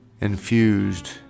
infused